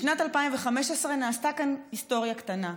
בשנת 2015 נעשתה כאן היסטוריה קטנה.